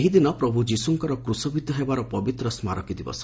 ଏହିଦିନ ପ୍ରଭୁ ଯୀଶୁଙ୍କର କ୍ରଶବିଦ୍ଧ ହେବାର ପବିତ୍ର ସ୍କାରକୀ ଦିବସ